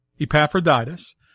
Epaphroditus